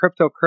cryptocurrency